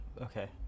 okay